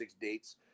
dates